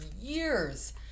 years